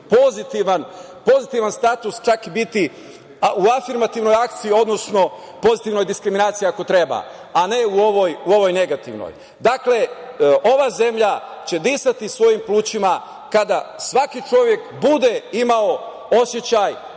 pozitivan status, čak biti u afirmativnoj akciji, odnosno pozitivnoj diskriminaciji ako treba, a ne u ovoj negativnoj. Dakle, ova zemlja će disati svojim plućima kada svaki čovek bude imao osećaj